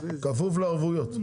כפוף לערבויות.